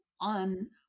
on